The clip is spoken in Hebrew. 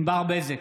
ענבר בזק,